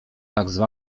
tzw